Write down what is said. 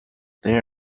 they